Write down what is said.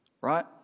right